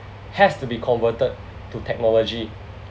has to be converted to technology